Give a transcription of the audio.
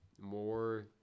more